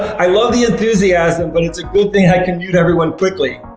i love the enthusiasm, but it's a good thing i can mute everyone quickly.